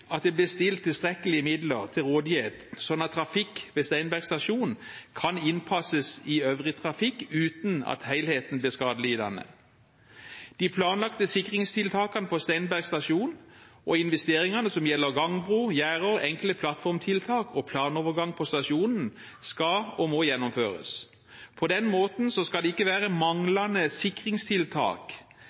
at det blir stilt tilstrekkelige midler til rådighet, slik at trafikk ved Steinberg stasjon kan innpasses i øvrig trafikk uten at helheten blir skadelidende. De planlagte sikringstiltakene på Steinberg stasjon og investeringene som gjelder gangbro, gjerder, enkle plattformtiltak og planovergang på stasjonen, skal og må gjennomføres. På den måten skal det ikke være manglende sikringstiltak